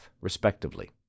respectively